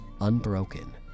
unbroken